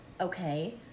Okay